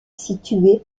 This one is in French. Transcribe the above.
située